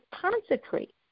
consecrate